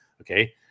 Okay